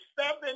seven